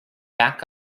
back